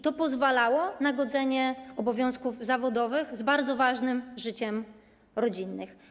To pozwalało na godzenie obowiązków zawodowych z bardzo ważnym życiem rodzinnym.